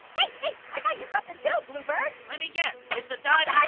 hey! hey, i got you something too, blue bird. let me guess. it's a dive